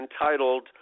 entitled